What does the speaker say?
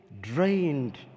drained